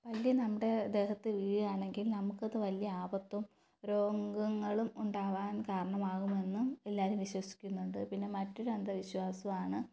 പല്ലി നമ്മുടെ ദേഹത്ത് വീഴുവാണെങ്കിൽ നമുക്കത് വലിയ ആപത്തും രോഗങ്ങളും ഉണ്ടാവാൻ കാരണം ആകുമെന്നും എല്ലാവരും വിശ്വസിക്കുന്നുണ്ട് പിന്നെ മറ്റൊരു അന്ധവിശ്വാസമാണ്